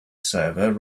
server